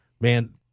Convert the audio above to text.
man